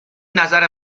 نظر